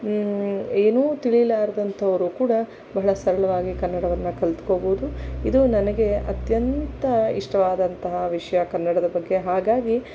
ಏನೂ ತಿಳಿಲಾರದಂಥವರೂ ಕೂಡ ಬಹಳ ಸರಳವಾಗಿ ಕನ್ನಡವನ್ನು ಕಲ್ತುಕೋಬಹುದು ಇದು ನನಗೆ ಅತ್ಯಂತ ಇಷ್ಟವಾದಂತಹ ವಿಷಯ ಕನ್ನಡದ ಬಗ್ಗೆ ಹಾಗಾಗಿ